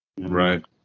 right